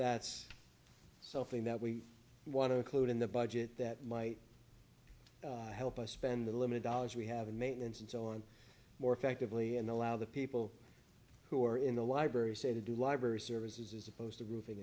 that's something that we want to include in the budget that might help us spend the limited dollars we have in maintenance and so on more effectively and allow the people who are in the library say to do library services as opposed to roofing